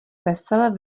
vesele